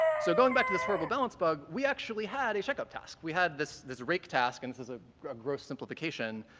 so going back to this horrible balance bug, we actually had a checkup task, we had this this rake task, and this is a gross simplification,